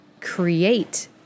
create